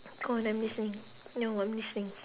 go on I'm listening no I'm listening